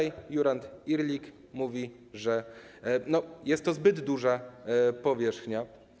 Jurand Irlik mówi, że jest to zbyt duża powierzchnia.